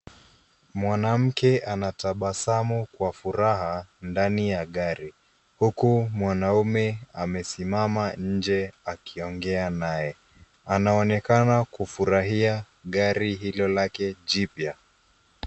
Mwanamke anatabasamu kwa furaha ndani ya gari huku mwanaume amesimama nje akiongea naye. Anaonekana kufurahia gari hilo lake jipya.